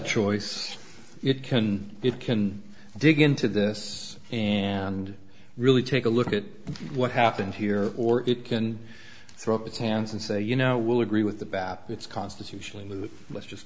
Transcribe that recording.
choice it can it can dig into this and really take a look at what happened here or it can throw up its hands and say you know we'll agree with the bapi it's constitutionally moot let's